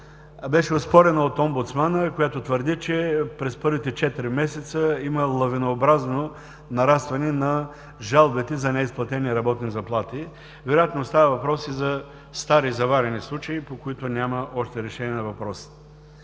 беше оспорена от омбудсмана, която твърди, че през първите четири месеца има лавинообразно нарастване на жалбите за неизплатени работни заплати. Вероятно става въпрос и за стари, заварени случаи, по които няма още решение на въпросите.